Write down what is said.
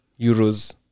Euros